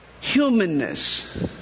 Humanness